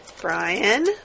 Brian